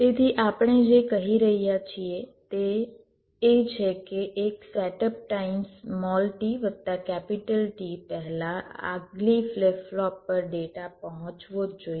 તેથી આપણે જે કહી રહ્યા છીએ તે એ છે કે એક સેટઅપ ટાઇમ t વત્તા T પહેલાં આગલી ફ્લિપ ફ્લોપ પર ડેટા પહોંચવો જ જોઇએ